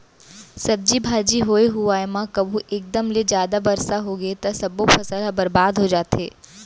सब्जी भाजी होए हुवाए म कभू एकदम ले जादा बरसा होगे त सब्बो फसल ह बरबाद हो जाथे